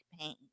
pain